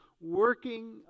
working